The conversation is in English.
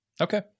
Okay